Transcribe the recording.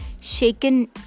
shaken